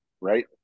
right